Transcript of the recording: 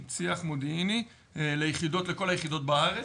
צי"חים: צי"ח מודיעיני, לכל היחידות בארץ,